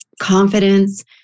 confidence